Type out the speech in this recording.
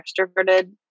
extroverted